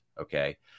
Okay